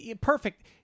perfect